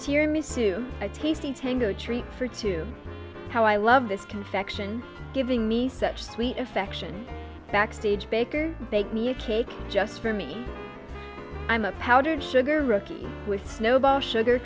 tiramisu a tasty tango treat for two how i love this confection giving me such sweet affection backstage baker bake me a cake just for me i'm a powdered sugar rookie with snowball sugar